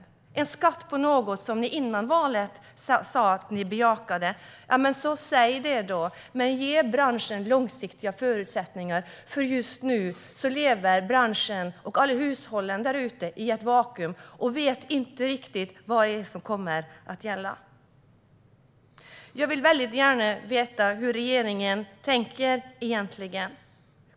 Det är trots allt en skatt på något som ni före valet sa att ni bejakade. Men ge branschen långsiktiga förutsättningar! Just nu lever den och alla hushåll i ett vakuum och vet inte riktigt vad som kommer att gälla. Jag vill gärna få höra hur regeringen tänker.